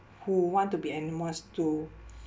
who want to be anonymous to